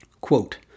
Quote